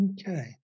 Okay